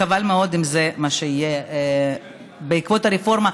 חבל מאוד אם זה מה שיהיה בעקבות הרפורמה,